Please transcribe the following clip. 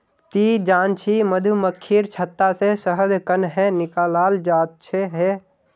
ती जानछि मधुमक्खीर छत्ता से शहद कंन्हे निकालाल जाच्छे हैय